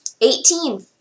Eighteen